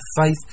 faith